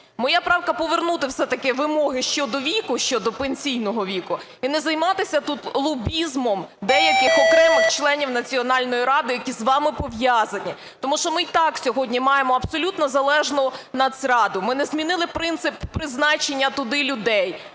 Моя правка – повернути все-таки вимоги щодо віку, щодо пенсійного віку, і не займатися тут лобізмом деяких окремих членів Національної ради, які з вами пов'язані. Тому що ми й так сьогодні маємо абсолютно залежну Нацраду, ми не змінили принцип призначення туди людей.